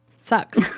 sucks